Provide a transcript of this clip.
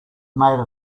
made